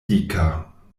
dika